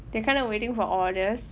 they kind of waiting for orders